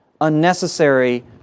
unnecessary